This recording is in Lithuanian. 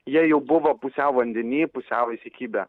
jie jau buvo pusiau vandeny pusiau įsikibę